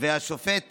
והשופט